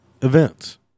events